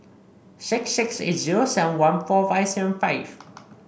six six eight zero seven one four five seven five